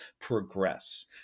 progress